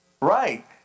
Right